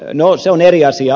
no se on eri asia